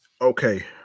okay